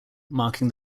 marking